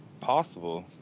possible